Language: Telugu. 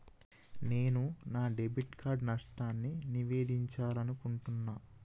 నేను నా డెబిట్ కార్డ్ నష్టాన్ని నివేదించాలనుకుంటున్నా